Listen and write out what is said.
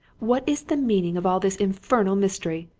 what is the meaning of all this infernal mystery?